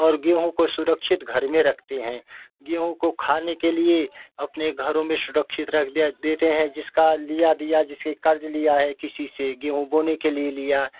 और गेहूँ को सुरक्षित घर में रखते है गेहूँ को खाने के लिए अपने घरों में सुरक्षित दिया देते है जिसका लिया दिया जिसके कर्ज लिया है किसी से गेहूँ बोने के लिए लिया